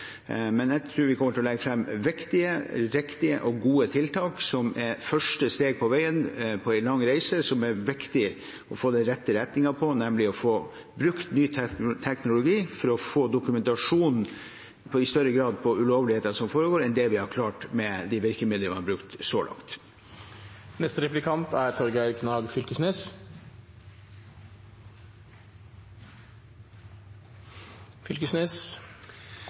Men jeg tror vi kommer til å legge fram viktige, riktige og gode tiltak som et første steg på veien på en lang reise som det er viktig å få den rette retningen på, nemlig å få brukt ny teknologi for i større grad å få dokumentasjon på ulovligheter som foregår, enn det vi har klart med de virkemidlene vi har brukt så langt.